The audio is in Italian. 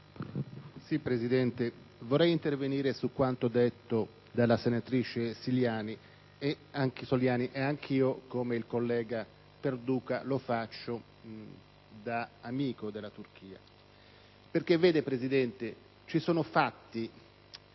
Presidente, vorrei intervenire su quanto detto dalla senatrice Soliani, e anch'io - come il collega Perduca - lo faccio da amico della Turchia. Presidente, ci sono fatti